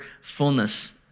fullness